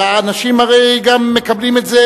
אנשים הרי גם מקבלים את זה